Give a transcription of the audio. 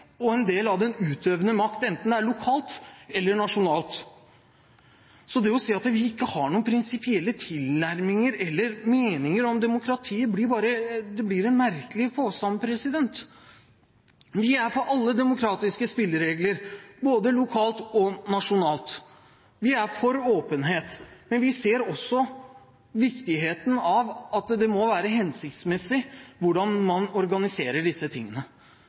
og en del av den utøvende makt, enten det er lokalt eller nasjonalt. Det å si at vi ikke har noen prinsipielle tilnærminger til eller meninger om demokratiet, blir bare en merkelig påstand. Vi er for alle demokratiske spilleregler, både lokalt og nasjonalt. Vi er for åpenhet, men vi ser også viktigheten av at det må være hensiktsmessig hvordan man organiserer disse tingene.